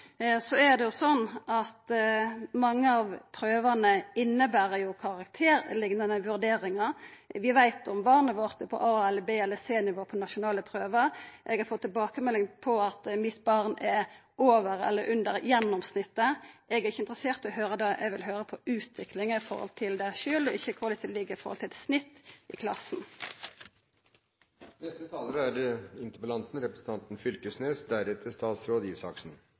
Så er det jo sånn at mange av prøvene inneber karakterliknande vurderingar. Vi veit om barnet vårt er på a-, b- eller c-nivå på nasjonale prøver. Eg har fått tilbakemelding om at mitt barn er over eller under gjennomsnittet. Eg er ikkje interessert i å høyra om det, eg vil høyra om utviklinga i forhold til dei sjølve, ikkje korleis dei ligg an i forhold til eit snitt i